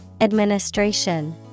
Administration